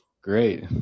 great